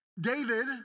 David